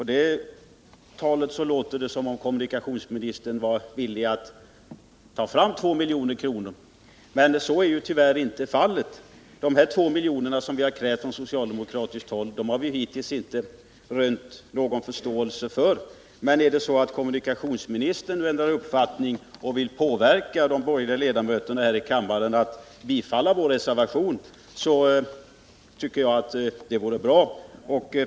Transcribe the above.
Av det talet lät det som om kommunikationsministern skulle vara villig att ta fram 2 milj.kr. Så är tyvärr inte fallet. Socialdemokraternas krav på 2 milj.kr. har hittills inte rönt någon förståelse, men ändrar kommunikationsministern uppfattning och vill påverka de borgerliga ledamöterna här i kammaren att bifalla vår reservation tycker jag det är bra.